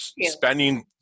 spending